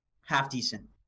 half-decent